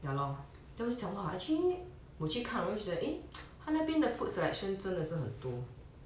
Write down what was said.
ya lor 我就讲 lor actually 我去看我就觉得 eh 他那边的 food selection 真的是很多